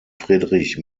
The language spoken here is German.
friedrich